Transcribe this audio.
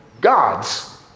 gods